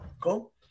Cool